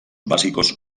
básicos